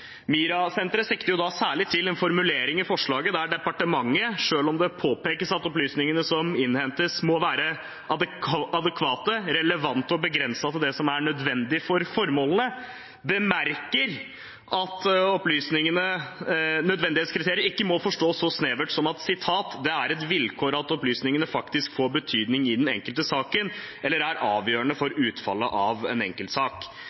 da særlig til en formulering der departementet, selv om det påpekes at opplysningene som innhentes, må være adekvate, relevante og begrenset til det som er nødvendig for formålene, bemerker: «Nødvendighetskriteriet må imidlertid ikke forstås så snevert som at det er et vilkår at opplysningene faktisk får betydning i den enkelte saken eller er avgjørende for utfallet av en enkeltsak.